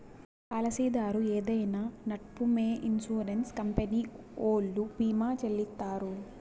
పాలసీదారు ఏదైనా నట్పూమొ ఇన్సూరెన్స్ కంపెనీ ఓల్లు భీమా చెల్లిత్తారు